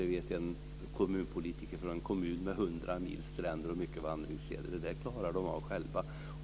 Det vet en kommunpolitiker från en kommun med 100 mil stränder och mycket vandringsleder. Det där klarar de av själva!